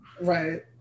Right